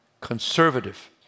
conservative